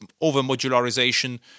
over-modularization